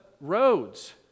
roads